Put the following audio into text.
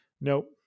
Nope